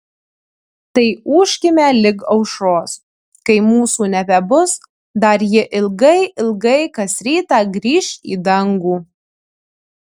tai ūžkime lig aušros kai mūsų nebebus dar ji ilgai ilgai kas rytą grįš į dangų